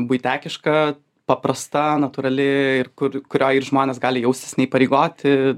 buitekiška paprasta natūrali ir kur kurioj ir žmonės gali jaustis neįpareigoti